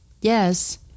Yes